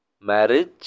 marriage